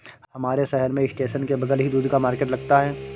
हमारे शहर में स्टेशन के बगल ही दूध का मार्केट लगता है